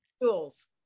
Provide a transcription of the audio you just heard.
Tools